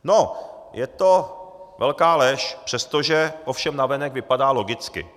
No, je to velká lež, přestože ovšem navenek vypadá logicky.